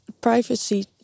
privacy